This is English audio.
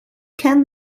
can